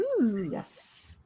Yes